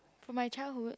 from my childhood